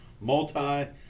multi